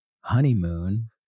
honeymoon